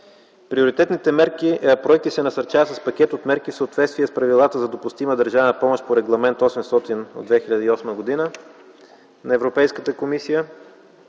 Приоритетните проекти се насърчават с пакет от мерки в съответствие с правилата за допустима държавна помощ по Регламент 800 от 2008 г. на Европейската комисия,